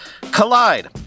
Collide